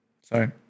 Sorry